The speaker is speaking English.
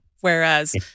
whereas